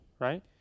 right